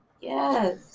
Yes